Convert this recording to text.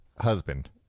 husband